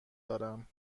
دارم